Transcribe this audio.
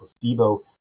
placebo